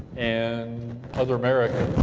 and other americans,